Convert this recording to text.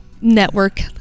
network